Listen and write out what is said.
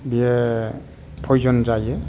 बियो पयज'न जायो